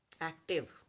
Active